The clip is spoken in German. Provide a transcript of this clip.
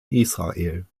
israel